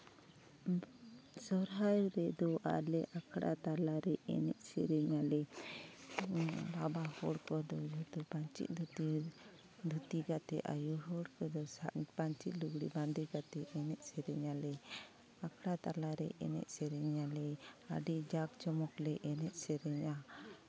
ᱥᱚᱦᱨᱟᱭ ᱨᱮᱫᱚ ᱟᱞᱮ ᱟᱠᱷᱲᱟ ᱛᱟᱞᱟ ᱨᱮ ᱮᱱᱮᱡ ᱥᱮᱨᱮᱧ ᱟᱞᱮ ᱵᱟᱵᱟ ᱦᱚᱲ ᱠᱚᱫᱚ ᱡᱚᱛᱚ ᱯᱟᱹᱧᱪᱤ ᱫᱷᱩᱛᱤ ᱛᱮ ᱫᱷᱩᱛᱤ ᱠᱟᱛᱮᱫ ᱟᱭᱳ ᱦᱚᱲ ᱠᱚᱫᱚ ᱯᱟᱹᱧᱪᱤ ᱞᱩᱜᱽᱲᱤᱡ ᱵᱟᱸᱫᱮ ᱠᱟᱛᱮᱫ ᱮᱱᱮᱡ ᱥᱮᱨᱮᱧ ᱟᱞᱮ ᱟᱠᱷᱲᱟ ᱛᱟᱞᱟᱨᱮ ᱮᱱᱮᱡ ᱥᱮᱨᱮᱧ ᱟᱞᱮ ᱟᱹᱰᱤ ᱡᱟᱠ ᱡᱚᱢᱚᱠ ᱞᱮ ᱮᱱᱮᱡ ᱥᱮᱨᱮᱧᱟ